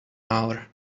hour